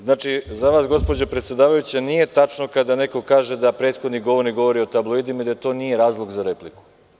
Znači, za vas gospođo predsedavajuća nije tačno kada neko kaže da prethodni govornik govori o tabloidima i da to nije razlog za repliku.